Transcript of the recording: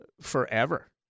forever